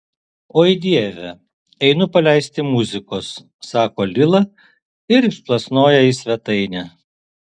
oi dieve einu paleisti muzikos sako lila ir išplasnoja į svetainę